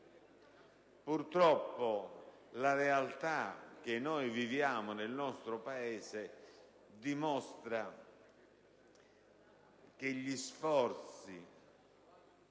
Purtroppo, la realtà che viviamo nel nostro Paese dimostra che gli sforzi